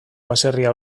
baserria